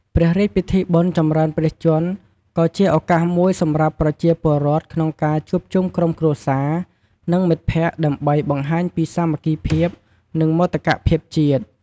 ព្រះរាជពិធីបុណ្យចម្រើនព្រះជន្ម ក៏ជា ឱកាសមួយ សម្រាប់ ប្រជាពលរដ្ឋ ក្នុងការ ជួបជុំក្រុមគ្រួសារ និង មិត្តភក្តិ ដើម្បី បង្ហាញពីសាមគ្គីភាព និង មោទកភាពជាតិ។